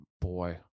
boy